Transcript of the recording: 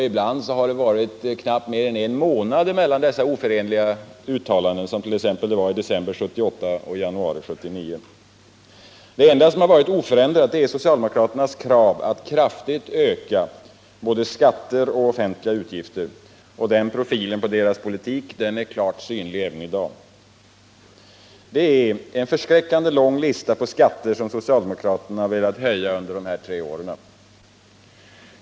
Ibland har det inte varit mer än knappt en månad mellan dessa oförenliga uttalanden, som t.ex. i december 1978 resp. januari 1979. Det enda som varit oförändrat är socialdemokraternas krav att kraftigt öka både skatter och offentliga utgifter. Den profilen på deras politik är klart synlig även i dag. Det är en förskräckande lång lista på skatter som socialdemokraterna velat höja under dessa tre år.